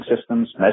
systems